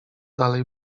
dalej